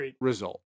result